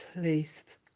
placed